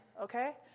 Okay